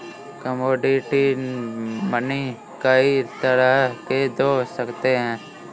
commodity money कई तरह के हो सकते हैं